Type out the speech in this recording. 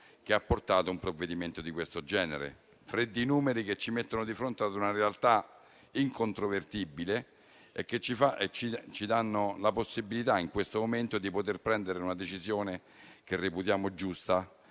ai risultati che un provvedimento di tal genere ha portato. Freddi numeri ci mettono di fronte a una realtà incontrovertibile e ci danno la possibilità in questo momento di poter prendere una decisione che reputiamo giusta,